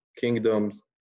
kingdoms